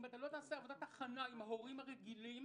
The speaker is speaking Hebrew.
אם לא תעשה עבודת הכנה עם ההורים הרגילים